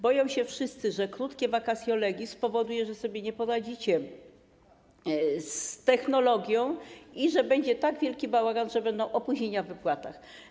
Boją się wszyscy, że krótkie vacatio legis spowoduje, że sobie nie poradzicie z technologią i że będzie tak wielki bałagan, że będą opóźnienia w wypłatach.